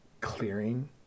clearing